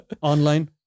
online